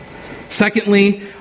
Secondly